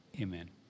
Amen